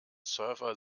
surfer